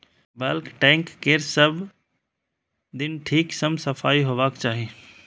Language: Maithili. बल्क टैंक केर सब दिन ठीक सं सफाइ होबाक चाही